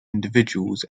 individuals